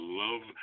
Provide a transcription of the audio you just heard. love